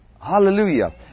Hallelujah